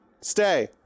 stay